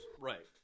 Right